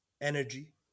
energy